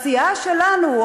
בסיעה שלנו,